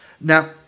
Now